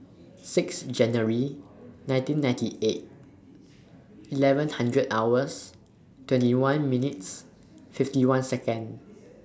six January nineteen ninety eight eleven hundred hours twenty one minutes fifty one Second